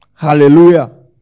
Hallelujah